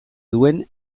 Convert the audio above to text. duen